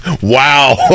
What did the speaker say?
Wow